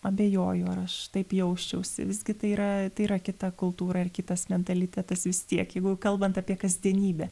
abejoju ar aš taip jausčiausi visgi tai yra tai yra kita kultūra ir kitas mentalitetas vis tiek jeigu kalbant apie kasdienybę